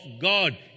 God